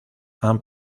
han